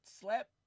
slap